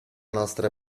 nostra